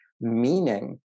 meaning